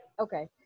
Okay